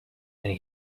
than